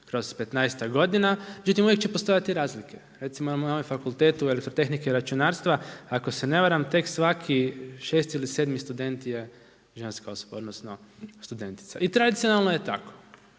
godina. Međutim, uvijek će postojati razlike. Recimo imamo na Fakultetu elektrotehnike i računarstva ako se ne varam tek svaki šesti ili sedmi student je ženska osoba, odnosno studentica i tradicionalno je tako.